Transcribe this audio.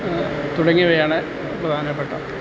തുടങ്ങിയവയാണ് പ്രധാനപ്പെട്ട